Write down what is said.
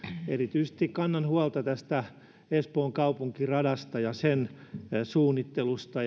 erityisesti kannan huolta espoon kaupunkiradasta ja sen suunnittelusta